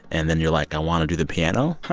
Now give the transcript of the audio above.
and then you're like, i want to do the piano.